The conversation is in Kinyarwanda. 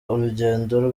urugendo